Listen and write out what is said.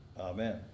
Amen